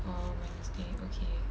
oh wednesday okay